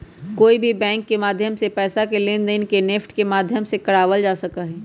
कोई भी बैंक के माध्यम से पैसा के लेनदेन के नेफ्ट के माध्यम से करावल जा सका हई